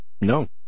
No